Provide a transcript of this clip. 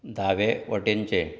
दावे वटेनचें